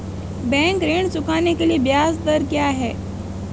Bank ऋण चुकाने के लिए ब्याज दर क्या है?